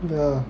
yeah